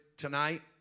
tonight